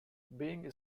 being